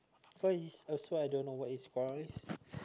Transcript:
what is also I don't know what is cores